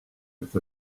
with